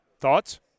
Thoughts